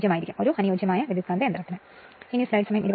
അതിനാൽ ഒരു അനുയോജ്യമായ ട്രാൻസ്ഫോർമറിന് നിയന്ത്രണം 0 ആണ്